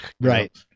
Right